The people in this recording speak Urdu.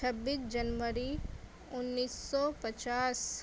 چھبیس جنوری انیس سو پچاس